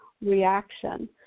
reaction